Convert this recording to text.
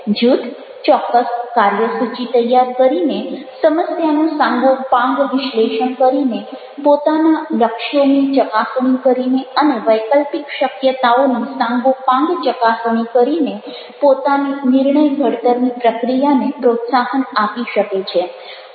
જૂથ ચોક્કસ કાર્ય સૂચિ તૈયાર કરીને સમસ્યાનું સાંગોપાંગ વિશ્લેષણ કરીને પોતાના લક્ષ્યોની ચકાસણી કરીને અને વૈકલ્પિક શક્યતાઓની સાંગોપાંગ ચકાસણી કરીને પોતાની નિર્ણય ઘડતરની પ્રક્રિયાને પ્રોત્સાહન આપી શકે છે